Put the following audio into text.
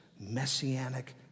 messianic